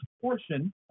portion